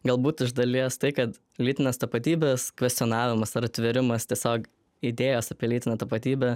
galbūt iš dalies tai kad lytinės tapatybės kvestionavimas ar atvėrimas tiesiog idėjos apie lytinę tapatybę